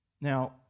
Now